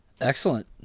Excellent